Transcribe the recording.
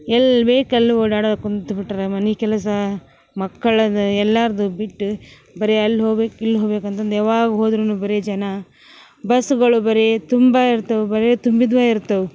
ಎಲ್ಲಿ ಬೇಕು ಅಲ್ಲಿ ಓಡಾಡೋಕೆ ಕುಂತು ಬಿಟ್ಟಾರ ಮನೆ ಕೆಲಸ ಮಕ್ಕಳದ ಎಲ್ಲಾರದು ಬಿಟ್ಟು ಬರೆ ಅಲ್ಲಿ ಹೋಬೇಕು ಇಲ್ಲಿ ಹೋಬೇಕು ಅಂತಂದು ಯವಾಗ ಹೋದರೂನು ಬರೇ ಜನ ಬಸ್ಗಳು ಬರೇ ತುಂಬಾ ಇರ್ತವು ಬರೇ ತುಂಬಿದ್ವ ಇರ್ತವು